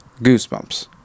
Goosebumps